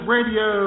Radio